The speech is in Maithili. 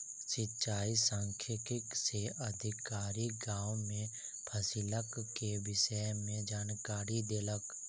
सिचाई सांख्यिकी से अधिकारी, गाम में फसिलक के विषय में जानकारी देलक